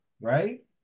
right